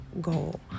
goal